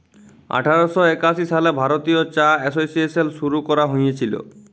আঠার শ একাশি সালে ভারতীয় চা এসোসিয়েশল শুরু ক্যরা হঁইয়েছিল